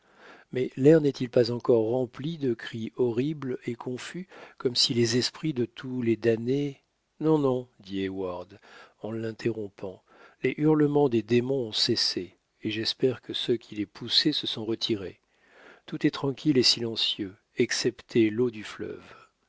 mais l'air n'est-il pas encore rempli de cris horribles et confus comme si les esprits de tous les damnés non non dit heyward en l'interrompant les hurlements des démons ont cessé et j'espère que ceux qui les poussaient se sont retirés tout est tranquille et silencieux excepté l'eau du fleuve